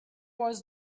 was